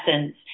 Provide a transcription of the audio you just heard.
essence